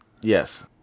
Yes